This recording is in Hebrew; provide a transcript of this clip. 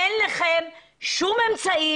אין לכם שום אמצעי?